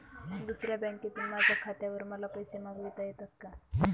दुसऱ्या बँकेतून माझ्या खात्यावर मला पैसे मागविता येतात का?